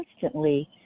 constantly